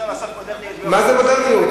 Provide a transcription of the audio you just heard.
מה זה מודרניות,